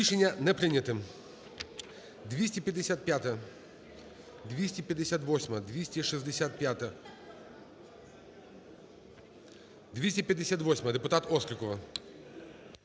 Рішення не прийнято.